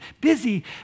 busy